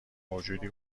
موجودی